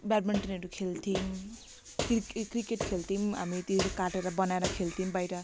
ब्याडमिन्टनहरू खेल्थ्यौँ क्रि क्रिकेट खेल्थ्यौँ हामी तीहरू काटेर बनाएर खेल्थ्यौँ बाहिर